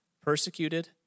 persecuted